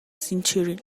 centurion